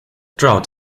drought